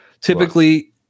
typically